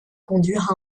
conduire